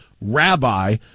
Rabbi